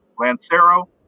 Lancero